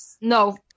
No